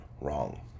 wrong